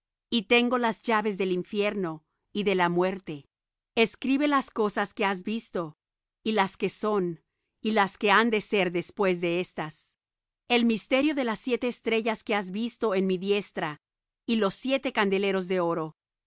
y tengo las llaves del infierno y de la muerte escribe las cosas que has visto y las que son y las que han de ser después de éstas el misterio de las siete estrellas que has visto en mi diestra y los siete candeleros de oro